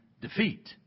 defeat